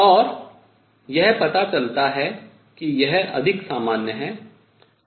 और यह पता चलता है कि यह अधिक सामान्य है